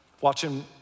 Watching